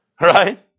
Right